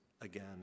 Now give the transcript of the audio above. again